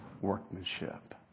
workmanship